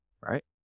right